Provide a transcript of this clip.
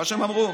מה שהם אמרו.